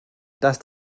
dass